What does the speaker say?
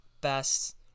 best